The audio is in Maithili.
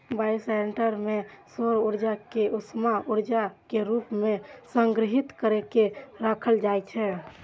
बायोशेल्टर मे सौर ऊर्जा कें उष्मा ऊर्जा के रूप मे संग्रहीत कैर के राखल जाइ छै